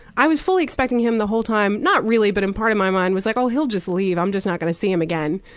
i was fully expecting him the whole time, not really, but in part of my mind, like oh, he'll just leave, i'm just not gonna see him again.